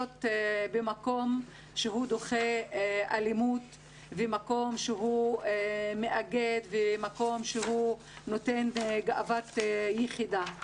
במקום שהוא דוחה אלימות ומקום שהוא מאגד ונותן גאוות יחידה.